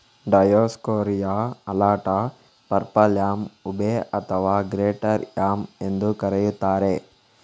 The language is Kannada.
ಡಯೋಸ್ಕೋರಿಯಾ ಅಲಾಟಾ, ಪರ್ಪಲ್ಯಾಮ್, ಉಬೆ ಅಥವಾ ಗ್ರೇಟರ್ ಯಾಮ್ ಎಂದೂ ಕರೆಯುತ್ತಾರೆ